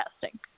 testing